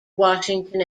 washington